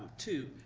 two,